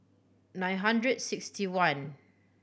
nine hundred sixty one